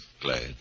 Glad